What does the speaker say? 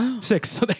Six